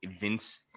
Vince